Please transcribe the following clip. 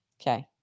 Okay